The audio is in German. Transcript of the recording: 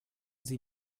sie